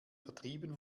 vertrieben